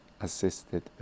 assisted